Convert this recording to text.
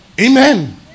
Amen